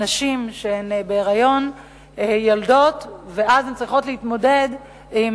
אחרי שנשים יולדות הן צריכות להתמודד עם